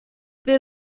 wir